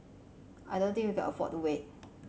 I don't think we can afford to wait